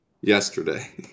yesterday